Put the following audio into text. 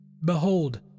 Behold